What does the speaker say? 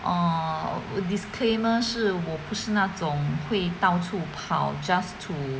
uh disclaimer 是我不是那种会到处跑 just to